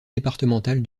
départementales